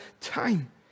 time